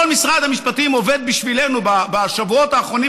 כל משרד המשפטים עובד בשבילנו בשבועות האחרונים